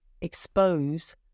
expose